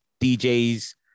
DJs